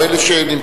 או אלה שנמצאים,